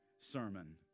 sermon